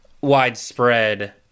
widespread